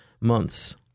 months